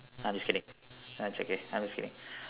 I'm just kidding nah it's okay I'm just kidding